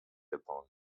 upon